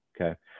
okay